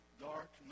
dark